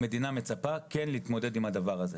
המדינה מצפה להתמודד עם הדבר הזה.